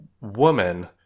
woman